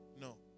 No